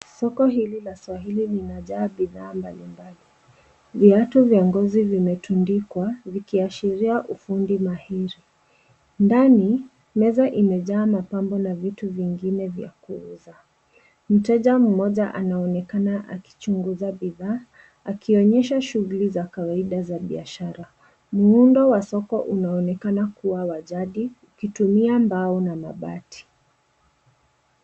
Soko hili la swahili linajaa bidhaa mbalimbali. Viatu vya ngozi vimetundikwa vikiashiria ufundi mahiri. Ndani meza imejaa mapambo na vitu vingine vya kuuza. Mteja mmoja anaonekana akichunguza bidhaa, akionyesha shughuli za kawaida za biashara. Muundo wa soko unaonekana kuwa wa jadi ukitumia mbao na mabati.